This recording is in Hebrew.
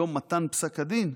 יום מתן פסק הדין,